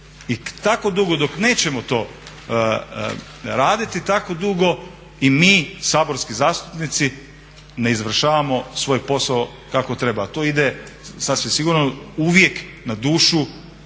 I tako dugo dok nećemo to raditi tako dugo i mi saborski zastupnici ne izvršavamo svoj posao kako treba. A to ide sasvim sigurno uvijek na dušu